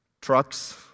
trucks